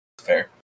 Fair